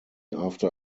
after